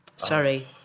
Sorry